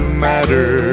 matter